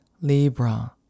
Libra